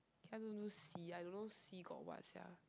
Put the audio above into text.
can I don't do see I don't know see got what sia